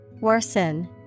Worsen